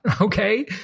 okay